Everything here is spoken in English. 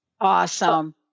Awesome